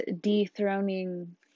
dethroning